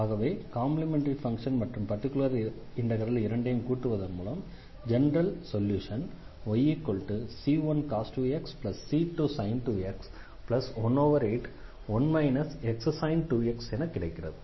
ஆகவே complementary function மற்றும் particular integral இரண்டையும் கூட்டுவதன் மூலம் general solution yc1cos 2xc2sin 2x 181 xsin 2x கிடைக்கிறது